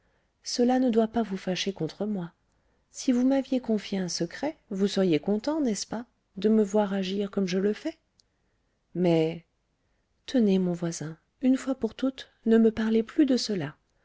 cela ne doit pas vous fâcher contre moi si vous m'aviez confié un secret vous seriez content n'est-ce pas de me voir agir comme je le fais mais tenez mon voisin une fois pour toutes ne me parlez plus de cela